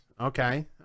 Okay